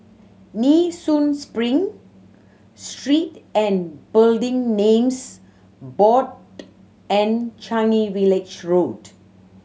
Nee Soon Spring Street and Building Names Board and Changi Village Road